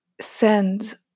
send